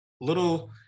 little